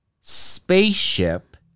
spaceship